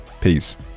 Peace